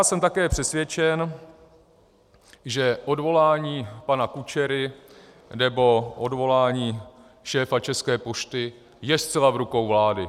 Jsem také přesvědčen, že odvolání pana Kučery nebo odvolání šéfa České pošty je zcela v rukou vlády.